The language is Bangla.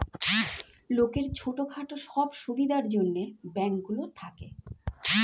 লোকের ছোট খাটো সব সুবিধার জন্যে ব্যাঙ্ক গুলো থাকে